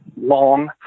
long